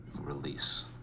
release